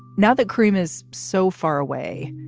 now, the cream is so far away,